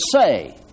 say